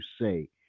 say